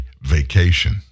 vacation